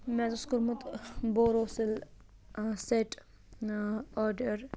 مےٚ حظ اوس کوٚرمُت بوروسِل سیٚٹ آرڈر